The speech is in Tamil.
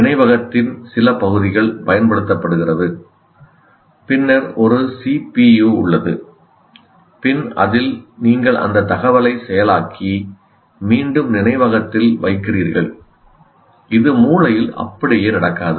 நினைவகத்தின் சில பகுதிகள் பயன்படுத்தப்படுகிறது பின்னர் ஒரு CPU உள்ளது பின் அதில் நீங்கள் அந்த தகவலை செயலாக்கி மீண்டும் நினைவகத்தில் வைக்கிறீர்கள் இது மூளையில் அப்படியே நடக்காது